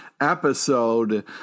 episode